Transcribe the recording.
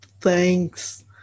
Thanks